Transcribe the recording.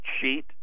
sheet